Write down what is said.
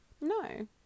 No